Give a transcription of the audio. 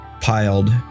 piled